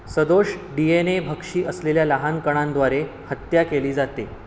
सदोष D N A भक्षी असलेल्या लहान कणांद्वारे हत्या केली जाते